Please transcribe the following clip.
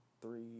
three